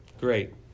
Great